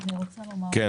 אני רוצה לומר משהו.